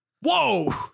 Whoa